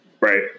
Right